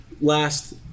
last